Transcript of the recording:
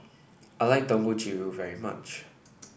I like Dangojiru very much